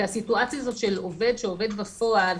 כי הסיטואציה של עובד שעובד בפועל,